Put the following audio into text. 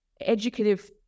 educative